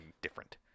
different